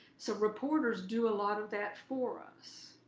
so reporters do a lot of that for us.